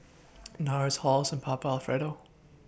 Nars Halls and Papa Alfredo